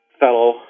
fellow